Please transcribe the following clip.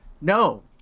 No